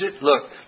look